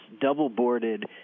double-boarded